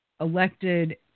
elected